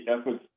efforts